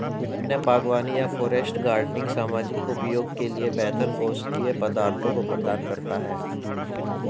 वन्य बागवानी या फॉरेस्ट गार्डनिंग सामाजिक उपयोग के लिए बेहतर औषधीय पदार्थों को प्रदान करता है